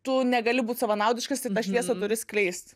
tu negali būt savanaudiškas ir tą šviesą turi skleist